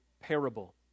parable